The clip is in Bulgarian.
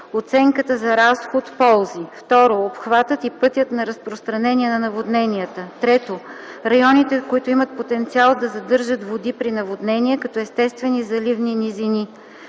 оценката за разход/ползи; 2. обхватът и пътят на разпространение на наводненията; 3. районите, които имат потенциал да задържат води при наводнения като естествени заливни низини;